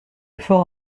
fort